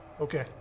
Okay